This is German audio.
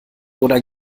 oder